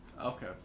okay